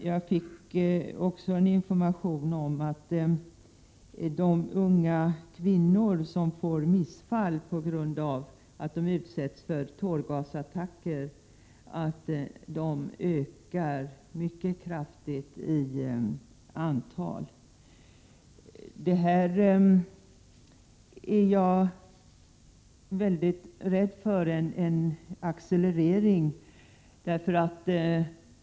Jag fick också information om att unga kvinnor som får missfall på grund av att de utsätts för tårgasattacker ökar mycket kraftigt i antal. I morse hörde vi att telefonförbindelserna med Gaza har avskurits. Jag är, som sagt, väldigt rädd för en accelerering.